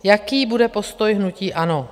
Jaký bude postoj hnutí ANO?